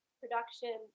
production